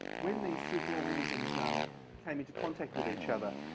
when these superorganisms um came into contact with each other,